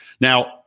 Now